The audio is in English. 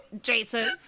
jason